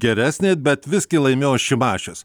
geresnė bet visgi laimėjo šimašius